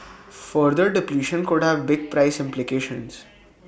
further depletion could have big price implications